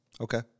Okay